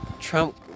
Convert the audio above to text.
Trump